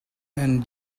and